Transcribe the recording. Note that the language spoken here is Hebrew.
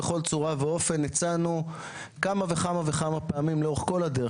בכל צורה ואופן הצענו כמה וכמה וכמה פעמים לאורך כל הדרך,